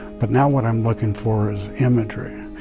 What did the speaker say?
but now what i'm looking for is imagery,